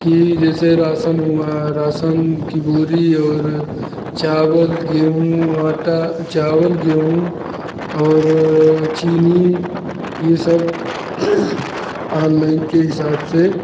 कि जैसे राशन हुआ राशन की बोरी और चावल गेहूं आटा चावल गेहूं और चीनी यह सब ऑनलाइन के हिसाब से